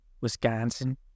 Wisconsin